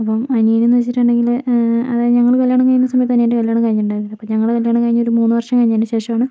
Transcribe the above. അപ്പം അനിയനെന്ന് വെച്ചിട്ടുണ്ടെങ്കില് അതായത് ഞങ്ങൾ കല്യാണം കഴിഞ്ഞ സമയത്ത് അനിയൻ്റെ കല്യാണം കഴിഞ്ഞിട്ടുണ്ടായിരുന്നില്ല അപ്പ ഞങ്ങടെ കല്യാണം കഴിഞ്ഞ ഒരു മൂന്നുവർഷം കഴിഞ്ഞതിനു ശേഷാണ്